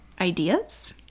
ideas